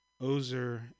ozer